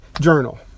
journal